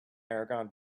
aragon